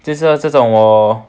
就是这种我